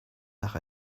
nach